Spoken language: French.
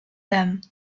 dame